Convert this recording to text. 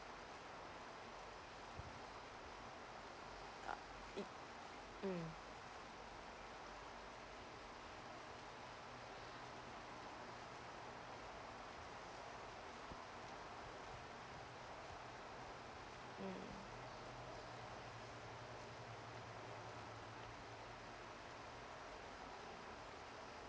mm mm